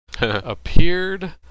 appeared